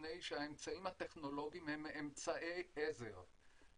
מפני שהאמצעים הטכנולוגיים הם אמצעי עזר.